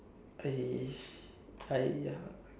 I !aiya!